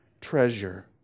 treasure